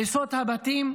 הריסות הבתים,